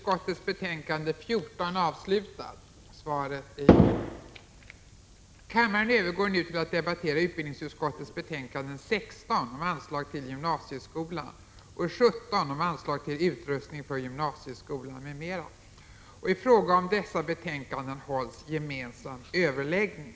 Kammaren övergår nu till att debattera utbildningsutskottets betänkanden 16 om anslag till gymnasieskolor, m.m. och 17 om anslag till utrustning för gymnasieskolan m.m. I fråga om dessa betänkanden hålls gemensam överläggning.